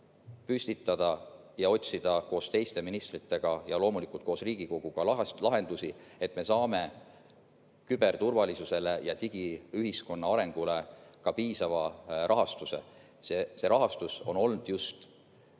kaardistada ja otsida koos teiste ministritega ja loomulikult koos Riigikoguga lahendusi, et me saaksime küberturvalisusele ja digiühiskonna arengule ka piisava rahastuse. See rahastus on olnud just